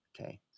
okay